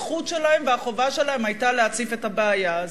הזכות שלהם והחובה שלהם היו להציף את הבעיה הזאת.